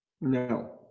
No